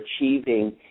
achieving